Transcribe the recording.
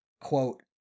quote